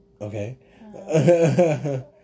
Okay